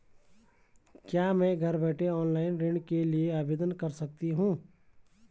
क्या मैं घर बैठे ऑनलाइन ऋण के लिए आवेदन कर सकती हूँ?